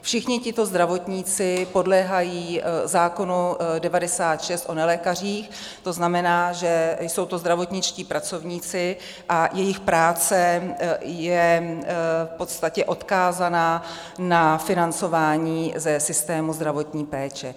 Všichni tito zdravotníci podléhají zákonu 96 o nelékařích, to znamená, že jsou to zdravotničtí pracovníci, a jejich práce je v podstatě odkázaná na financování ze systému zdravotní péče.